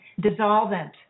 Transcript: dissolvent